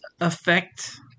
affect